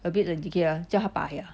a bit the decay ah 叫他拔牙